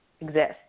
exist